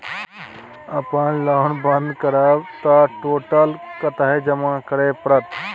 अपन लोन बंद करब त टोटल कत्ते जमा करे परत?